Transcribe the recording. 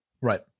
Right